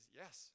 yes